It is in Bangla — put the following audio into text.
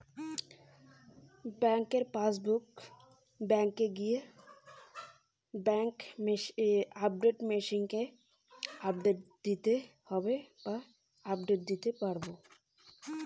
ব্যাংক পাসবুক আপডেট কি করে করবো?